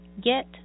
get